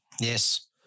Yes